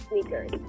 sneakers